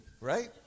right